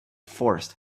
forced